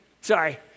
Sorry